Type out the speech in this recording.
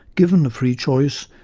given a free choice,